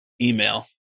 email